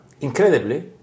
incredibly